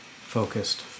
focused